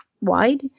wide